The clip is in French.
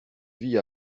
vie